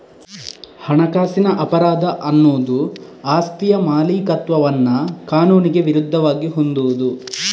ಹಣಕಾಸಿನ ಅಪರಾಧ ಅನ್ನುದು ಆಸ್ತಿಯ ಮಾಲೀಕತ್ವವನ್ನ ಕಾನೂನಿಗೆ ವಿರುದ್ಧವಾಗಿ ಹೊಂದುವುದು